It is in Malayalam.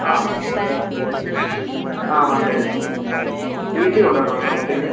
ആ ഓക്കെ ഓക്കെ ആ മൺഡേ പോവുന്നുള്ളൂ എന്നാൽ ടി സി കൊണ്ടേരണോട്ടോ കുട്ടീൻ്റെ